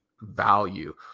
value